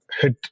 hit